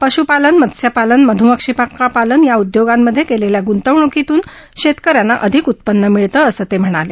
पश्पालन मत्स्यपालन मध्मक्षिकापालन या उद्योगांमधे केलेल्या गृंतवण्कीतून शेतक यांना अधिक उत्पन्न मिळतं असं ते म्हणाले